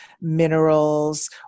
minerals